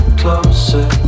closer